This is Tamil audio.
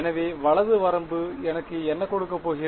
எனவே வலது வரம்பு எனக்கு என்ன கொடுக்கப் போகிறது